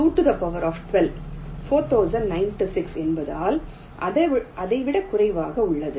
212 4096 என்பதால் அதை விட குறைவாக உள்ளது